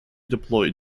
deployed